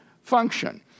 function